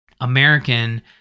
American